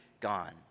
gone